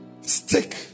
stick